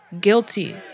guilty